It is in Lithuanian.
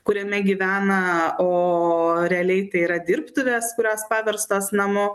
kuriame gyvena o realiai tai yra dirbtuvės kurios paverstos namu